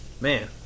Man